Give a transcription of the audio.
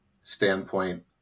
standpoint